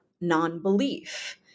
non-belief